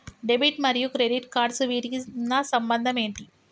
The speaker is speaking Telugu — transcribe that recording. డెబిట్ మరియు క్రెడిట్ కార్డ్స్ వీటికి ఉన్న సంబంధం ఏంటి?